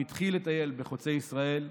הוא התחיל לטייל בחוצה ישראל,